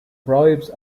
bribes